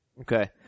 Okay